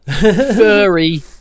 Furry